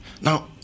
now